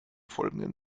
folgenden